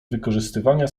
wykorzystywania